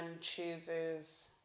chooses